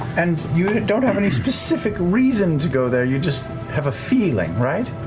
and you don't have any specific reason to go there, you just have a feeling, right?